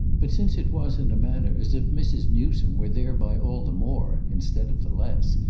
but since it was in a manner as if mrs. newsome were thereby all the more, instead of the less,